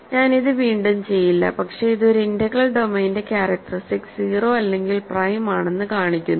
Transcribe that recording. ഞാൻ ഇത് വീണ്ടും ചെയ്യില്ല പക്ഷേ ഇത് ഒരു ഇന്റഗ്രൽ ഡൊമെയ്നിന്റെ ക്യാരക്ടറിസ്റ്റിക്സ് 0 അല്ലെങ്കിൽ പ്രൈം ആണെന്ന് കാണിക്കുന്നു